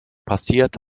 passiert